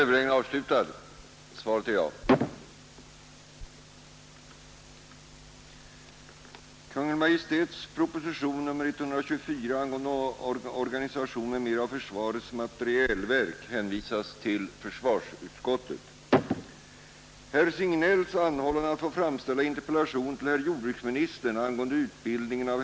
Herr talman! Genom fackoch dagspress har det framgått att abortfoster utnyttjas i den medicinska forskningen.